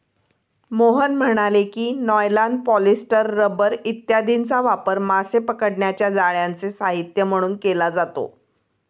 मोहन म्हणाले की, nylon, polyester, rubber इत्यादींचा वापर मासे पकडण्याच्या जाळ्यांचे साहित्य म्हणून केला जातो